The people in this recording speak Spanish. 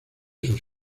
sus